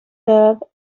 third